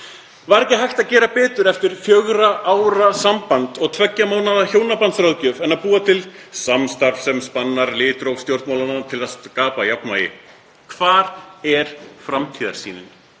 Var ekki hægt að gera betur eftir fjögurra ára samband og tveggja mánaða hjónabandsráðgjöf en að búa til samstarf sem spannar litróf stjórnmálanna til að skapa jafnvægi? Hvar er framtíðarsýnin?